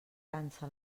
cansa